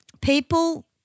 people